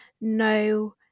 no